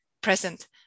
present